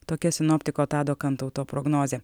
tokia sinoptiko tado kantauto prognozė